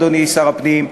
אדוני שר הפנים,